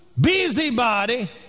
busybody